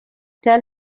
tell